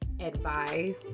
advice